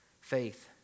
Faith